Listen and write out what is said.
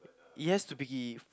it has to be